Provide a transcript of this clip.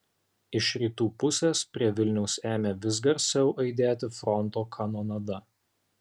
iš rytų pusės prie vilniaus ėmė vis garsiau aidėti fronto kanonada